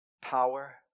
power